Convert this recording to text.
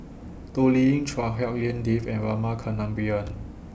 Toh Liying Chua Hak Lien Dave and Rama Kannabiran